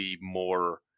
more